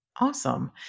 Awesome